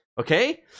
Okay